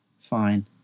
Fine